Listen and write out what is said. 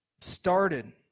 started